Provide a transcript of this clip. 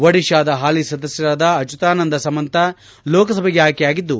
ಒಡಿಶಾದ ಹಾಲಿ ಸದಸ್ಯರಾದ ಅಬ್ಲುತಾನಂದ ಸಮಂತ ಲೋಕಸಭೆಗೆ ಆಯ್ತೆ ಆಗಿದ್ದು